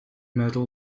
medal